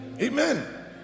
Amen